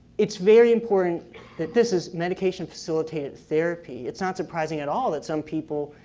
it's very important that this is medication facilitated therapy. it's not surprising at all that some people,